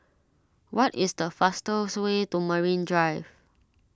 what is the fastest way to Marine Drive